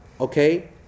okay